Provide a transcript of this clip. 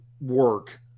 work